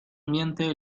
miente